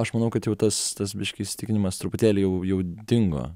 aš manau kad jau tas tas biškį įsitikinimas truputėlį jau jau dingo